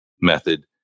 method